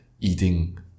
eating